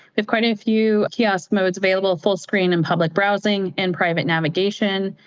with quite a few kiosk modes available, full screen and public browsing, inprivate navigation.